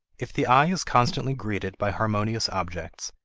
if the eye is constantly greeted by harmonious objects,